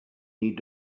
need